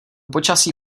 počasí